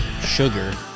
sugar